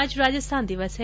आज राजस्थान दिवस है